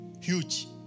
Huge